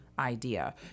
idea